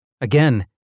Again